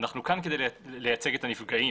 אנחנו כאן כדי לייצג את הנפגעים,